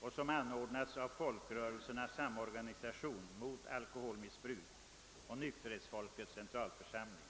av Folkrörelsernas samorganisation mot alkoholmissbruk och Nykterhetsfolkets centralförsamling.